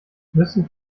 müssen